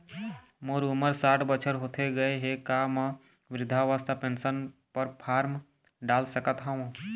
मोर उमर साठ बछर होथे गए हे का म वृद्धावस्था पेंशन पर फार्म डाल सकत हंव?